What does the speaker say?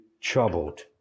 troubled